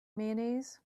mayonnaise